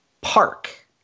park